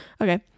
okay